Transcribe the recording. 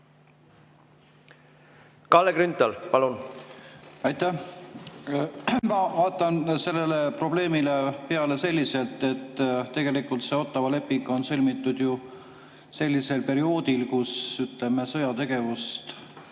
Kalle Grünthal, palun! Aitäh! Ma vaatan sellele probleemile peale selliselt, et tegelikult see Ottawa leping on sõlmitud ju sellisel perioodil, kui aktiivset sõjategevust